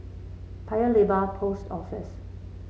Paya Lebar Post Office